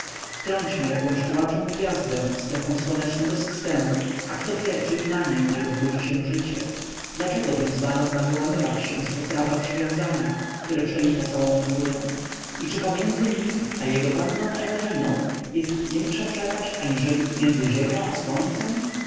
wtrąćmy jakąś tułaczą gwiazdę w sferę słonecznego systemu a kto wie czy i na niej nie rozbudzi się życie dlaczego więc baron ma wyłamywać się zpod prawa przywiązania które przenika całą naturę i czy pomiędzy nim a jego panną eweliną jest większa przepaść aniżeli między ziemią i słońcem